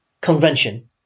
convention